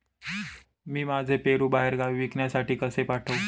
मी माझे पेरू बाहेरगावी विकण्यासाठी कसे पाठवू?